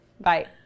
bye